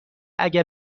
اگه